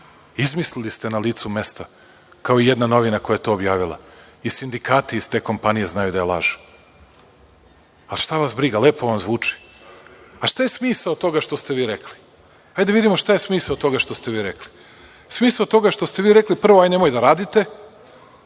Izmislili ste na licu mesta, kao i jedna novina koja je to objavila. I sindikati iz te kompanije znaju da je laž, ali šta vas briga, lepo vam zvuči. Šta je smisao toga što ste vi rekli? Hajde da vidimo smisao toga što ste vi rekli. Smisao toga što ste vi rekli, prvo, hajde nemojte da radite,